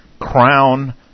crown